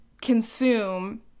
consume